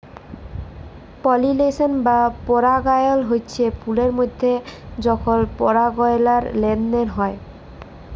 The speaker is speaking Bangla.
পালিলেশল বা পরাগায়ল হচ্যে ফুলের মধ্যে যখল পরাগলার লেলদেল হয়